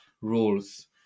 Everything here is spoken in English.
rules